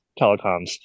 telecoms